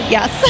Yes